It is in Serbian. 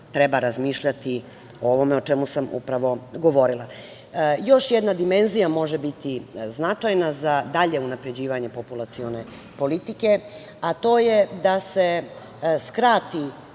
treba razmišljati o ovome o čemu sam upravo govorila. Još jedna dimenzija može biti značajna za dalje unapređivanje populacione politike, a to je da se skrati